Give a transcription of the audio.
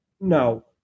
No